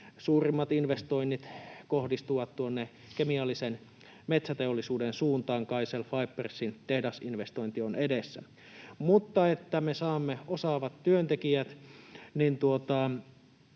Suurimmat investoinnit kohdistuvat tuonne kemiallisen metsäteollisuuden suuntaan: KaiCell Fibersin tehdasinvestointi on edessä. Mutta jotta me saamme osaavat työntekijät, niin kyllä